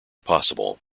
possible